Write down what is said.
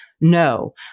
No